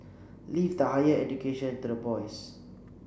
leave the higher education to the boys